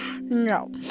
No